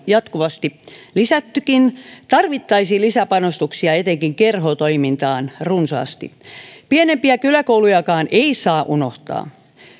jatkuvasti lisättykin tarvittaisiin lisäpanostuksia etenkin kerhotoimintaan runsaasti pienempiä kyläkoulujakaan ei saa unohtaa